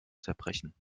zerbrechen